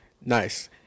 Nice